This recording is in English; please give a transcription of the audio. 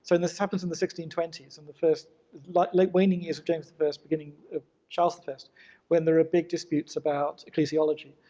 so and this happens in the sixteen twenty s in the first like like waning years of james the first, beginning of charles the first when there are big disputes about ecclesiology.